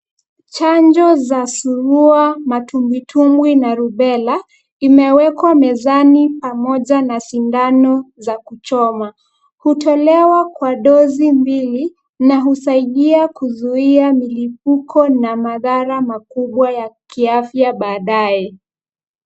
Chanjo za surua, matumbwitumbwi na rubella imewekwa mezani pamoja na sindano za kuchoma. Hutolewa kwa dozi mbili na husaidia kuzuia milipuko na madhara makubwa ya kiafya baadaye.